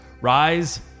rise